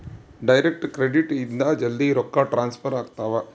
direct credit ಇಂದ ಜಲ್ದೀ ರೊಕ್ಕ ಟ್ರಾನ್ಸ್ಫರ್ ಆಗ್ತಾವ